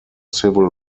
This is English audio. civil